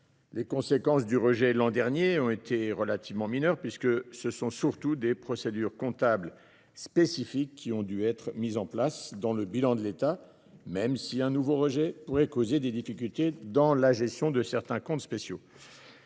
Les conséquences du rejet l’an dernier ont été relativement mineures : ce sont surtout des procédures comptables spécifiques qui ont dû être mises en place dans le bilan de l’État, même si un nouveau rejet pourrait causer des difficultés dans la gestion de certains comptes spéciaux.